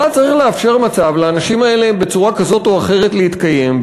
ואז צריך לאפשר לאנשים האלה בצורה כזאת או אחרת להתקיים,